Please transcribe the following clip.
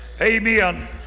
Amen